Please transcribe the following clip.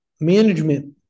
management